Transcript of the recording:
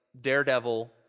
Daredevil